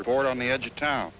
report on the edge of town